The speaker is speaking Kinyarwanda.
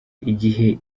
igihe